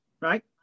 Right